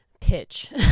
pitch